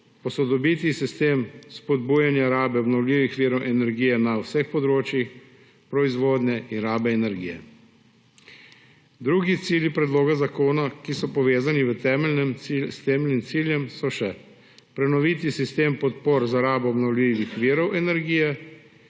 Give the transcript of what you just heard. posodobiti sistem spodbujanja rabe obnovljivih virov energije na vseh področjih proizvodnje in rabe energije. Drugi cilji predloga zakona, ki so povezani s temeljnim ciljem, so še: prenoviti sistem podpor za rabo obnovljivih virov energije